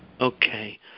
Okay